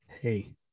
Hey